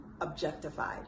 objectified